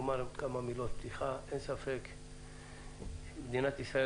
אומר כמה מילות פתיחה: אין ספק שמדינת ישראל